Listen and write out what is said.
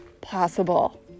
possible